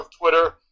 Twitter